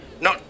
No